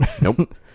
Nope